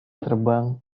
terbang